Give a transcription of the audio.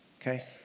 okay